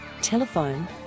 telephone